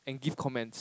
and give comments